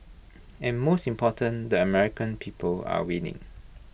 and most important the American people are winning